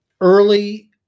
Early